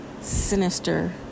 sinister